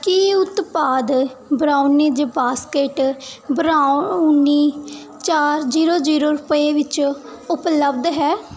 ਕੀ ਉਤਪਾਦ brownies basket brownie ਚਾਰ zero zero ਰੁਪਏ ਵਿੱਚ ਉਪਲਬਧ ਹੈ